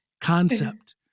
concept